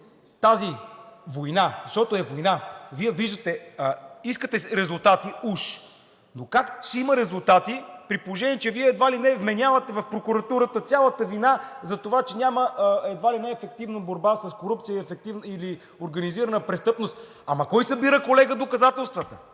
Тази война, защото е война, искате резултати уж. Но как ще има резултати, при положение че Вие едва ли не вменявате в прокуратурата цялата вина за това, че няма ефективна борба с корупцията или организираната престъпност. Ама кой събира, колега, доказателствата?